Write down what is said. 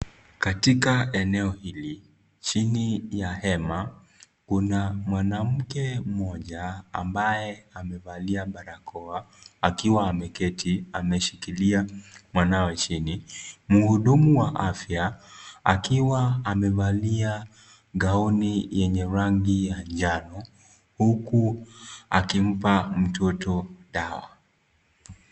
Katika eneo hili chini ya hema kuna mwanamke mmoja ambaye amevalia barakoa akiwa ameketi ameshikilia mwanawe chini. Muhudumu wa afya akiwa amevalia gauni ya njano huku akimpa mtoto dawa.